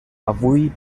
avui